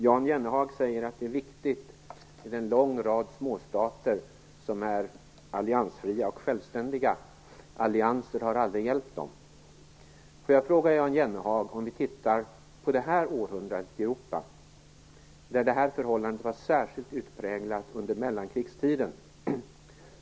Jan Jennehag säger att det är viktigt med en lång rad småstater som är alliansfria och självständiga. Allianser har aldrig hjälpt dem. Låt oss titta på vad som hänt detta århundrade i Europa. Förhållandet var särskilt utpräglat under mellankrigstiden.